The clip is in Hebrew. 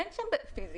אין שם פיזי.